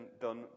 done